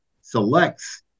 selects